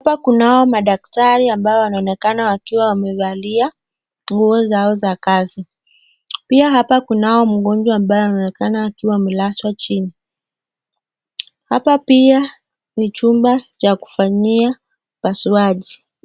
Hapa kunao madaktari ambao wanaonekana wakiwa wamevalia nguo zao za kazi. Pia hapa kunao mgonjwa ambaye anaonekana amelazwa chini. hapa pia ni chumba cha kufanyia upaswaji.